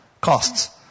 costs